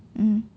mm